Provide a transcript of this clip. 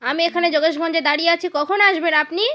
আমি এখানে যোগেশভঞ্জে দাঁড়িয়ে আছি কখন আসবেন আপনি